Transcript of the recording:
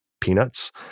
peanuts